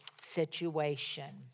situation